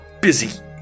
busy